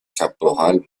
caporal